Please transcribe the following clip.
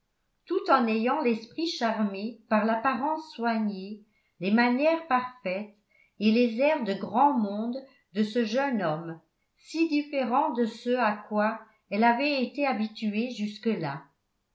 tout en ayant l'esprit charmé par l'apparence soignée les manières parfaites et les airs de grand monde de ce jeune homme si différent de ce à quoi elle avait été habituée jusque-là